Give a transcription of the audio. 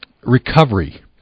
recovery